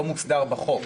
לא נכנס לחוק.